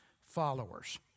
followers